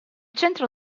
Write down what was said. centro